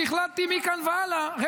כי החלטתי מכאן והלאה --- אז אני עניתי לה,